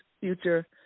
future